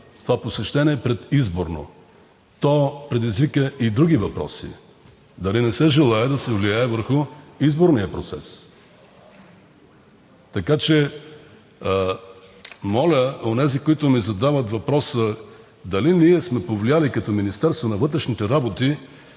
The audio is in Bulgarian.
това посещение предизборно. То предизвика и други въпроси – дали не се желае да се влияе върху изборния процес? Така че моля онези, които ми задават въпроса дали ние сме повлияли като Министерство на вътрешните работи